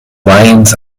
lions